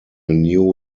new